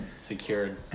Secured